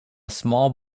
small